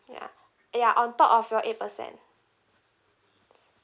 ya ya on top of your eight percent